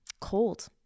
cold